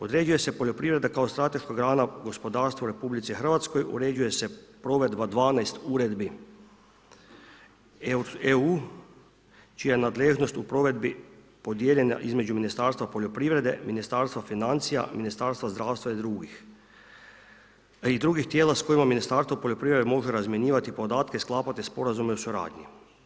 Određuje se poljoprivreda kao strateška grana gospodarstva u RH, uređuje se provedba 12 uredbi EU čija je nadležnost u provedbi podijeljena između Ministarstva poljoprivrede, Ministarstva financija, Ministarstva zdravstva i drugih tijela s kojima Ministarstvo poljoprivrede može razmjenjivati podatke, sklapati sporazume o suradnji.